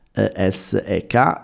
s-e-k